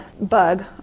bug